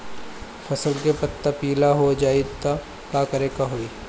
फसल के पत्ता पीला हो जाई त का करेके होई?